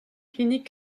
clinique